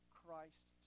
christ